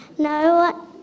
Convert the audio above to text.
No